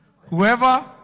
whoever